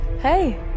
Hey